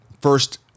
first